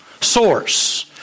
source